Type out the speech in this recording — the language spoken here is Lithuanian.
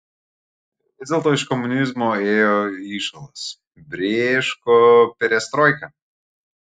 vis dėlto iš komunizmo ėjo įšalas brėško perestroika